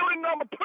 number